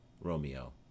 Romeo